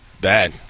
bad